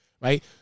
Right